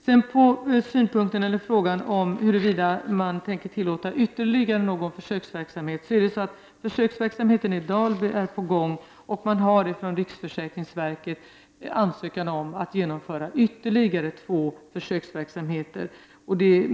Marianne Jönsson undrade också om huruvida man tänker tillåta ytterligare någon försöksverksamhet. Försöksverksamheten är i dag på gång. Man har ifrån riksförsäkringsverket ansökt om att få genomföra ytterligare två försöksverksamheter.